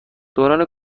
دوران